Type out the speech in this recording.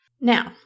Now